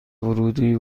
ورودی